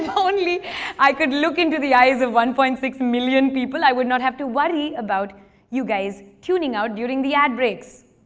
only i could look into the eyes of one point six million people, i would not have to worry about you guys tuning out during the ad breaks.